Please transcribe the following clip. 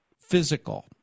physical